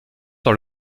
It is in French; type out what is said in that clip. dans